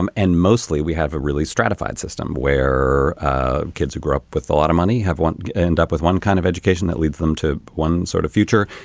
um and mostly we have a really stratified system where kids who grow up with a lot of we have one end up with one kind of education that leads them to one sort of future.